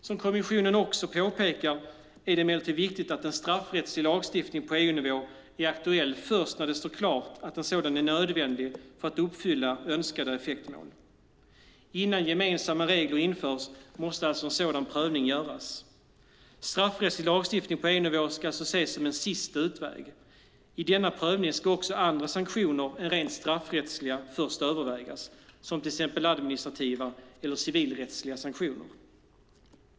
Som kommissionen också påpekar är det emellertid viktigt att en straffrättslig lagstiftning på EU-nivå är aktuell först när det står klart att en sådan är nödvändig för att uppfylla önskade effektmål. Innan gemensamma regler införs måste en sådan prövning göras. Straffrättslig lagstiftning på EU-nivå ska alltså ses som en sista utväg. I denna prövning ska också andra sanktioner än rent straffrättsliga först övervägas, som till exempel administrativa eller civilrättsliga sanktioner.